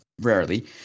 rarely